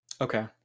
Okay